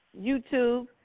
YouTube